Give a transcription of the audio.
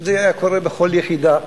שזה היה קורה בכל יחידה.